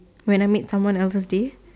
when I make someone out of this